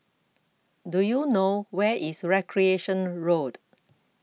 Do YOU know Where IS Recreation Road